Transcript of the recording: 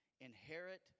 inherit